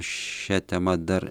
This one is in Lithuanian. šia tema dar